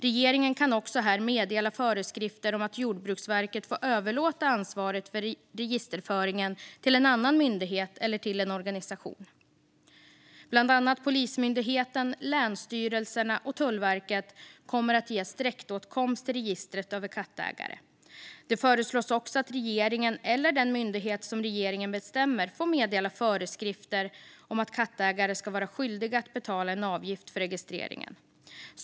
Regeringen kan också här meddela föreskrifter om att Jordbruksverket får överlåta ansvaret för registerföringen till en annan myndighet eller till en organisation. Bland annat Polismyndigheten, länsstyrelserna och Tullverket kommer att ges direktåtkomst till registret över kattägare. Det föreslås också att regeringen eller den myndighet som regeringen bestämmer får meddela föreskrifter om att kattägare ska vara skyldiga att betala en avgift för registreringen.